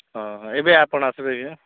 ହଁ ଏବେ ଆପଣ ଆସିବେ କି